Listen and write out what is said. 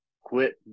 Quit